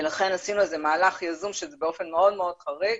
לכן עשינו איזה מהלך יזום שהוא מאוד מאוד חריג,